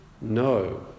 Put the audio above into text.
No